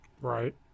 Right